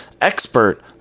expert